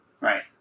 Right